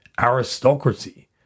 aristocracy